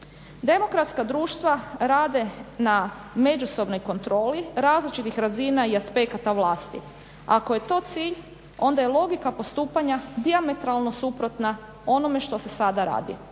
Demokratska društva rade na međusobnoj kontroli različitih razina i aspekata vlasti. Ako je to cilj onda je logika postupanja dijametralno suprotna onome što se sada radi,